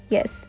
Yes